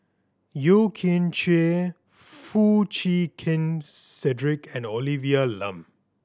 Yeo Kian Chye Foo Chee Keng Cedric and Olivia Lum